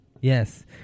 yes